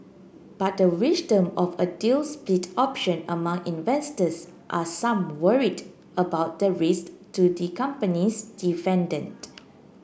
but the wisdom of a deal spit option among investors are some worried about the risk to the company's dividend